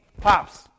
Pops